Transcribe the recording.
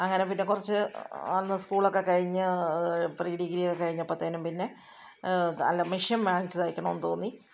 അങ്ങനെ പിന്നെ കുറച്ച് അന്ന് സ്കൂളൊക്കെ കഴിഞ്ഞു പ്രീഡിഗ്രി ഒക്കെ കഴിഞ്ഞപ്പോഴത്തേനും പിന്നെ അല്ല മഷീൻ വാങ്ങിച്ചു തയ്ക്കണമെന്നു തോന്നി